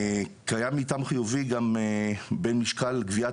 קיים מיתאם חיובי גם בין משקל גביית